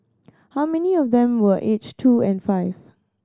how many of them were aged two and five